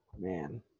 Man